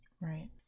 Right